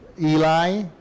Eli